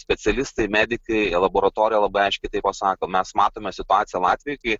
specialistai medikai laboratorija labai aiškiai tai pasako mes matome situaciją latvijoj kai